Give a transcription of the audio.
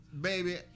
Baby